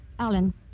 Alan